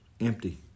empty